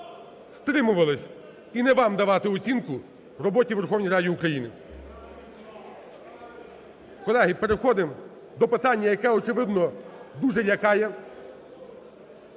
стримувались, і не вам давати оцінку в роботі у Верховній Раді України. Колеги, переходимо до питання, яке, очевидно, дуже лякає